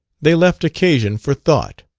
they left occasion for thought.